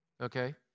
okay